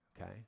Okay